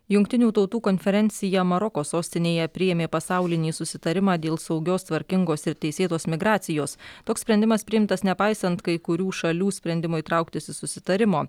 jungtinių tautų konferencija maroko sostinėje priėmė pasaulinį susitarimą dėl saugios tvarkingos ir teisėtos migracijos toks sprendimas priimtas nepaisant kai kurių šalių sprendimo įtraukti susitarimo